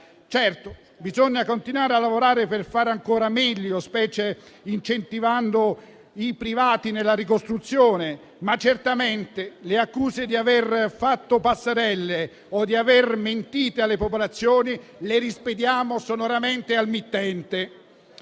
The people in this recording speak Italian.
Certo, bisogna continuare a lavorare per fare ancora meglio, incentivando in particolare i privati nella ricostruzione, ma certamente le accuse di aver fatto passerelle o di aver mentito alle popolazioni le rispediamo sonoramente al mittente.